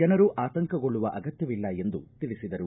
ಜನರು ಆತಂಕಗೊಳ್ಳುವ ಅಗತ್ತವಿಲ್ಲ ಎಂದು ತಿಳಿಸಿದರು